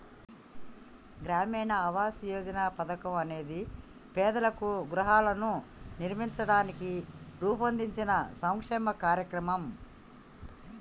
గ్రామీణ ఆవాస్ యోజన పథకం అనేది పేదలకు గృహాలను నిర్మించడానికి రూపొందించిన సంక్షేమ కార్యక్రమం